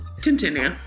Continue